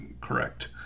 Correct